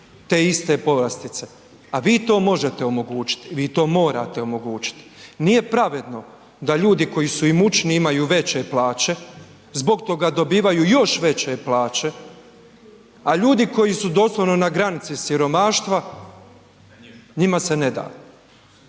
te iste povlastice, a vi to možete omogućiti, vi to morate omogućiti, nije pravedno da ljudi koji su imućniji imaju veće plaće, zbog toga dobivaju još veće plaće, a ljudi koji su doslovno na granici siromaštva njima se ne da,